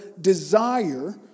desire